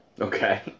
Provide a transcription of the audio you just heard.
Okay